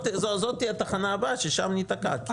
-- זאת תהיה התחנה הבאה ששם הוא ניתקע כי